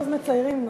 ואז מציירים נוף.